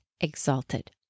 exalted